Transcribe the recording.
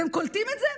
אתם קולטים את זה?